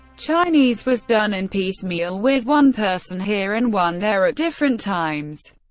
chinese was done in piecemeal with one person here and one there at different times.